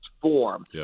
form